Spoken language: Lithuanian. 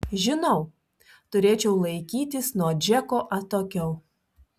žinau turėčiau laikytis nuo džeko atokiau